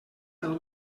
del